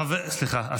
סליחה.